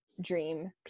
dream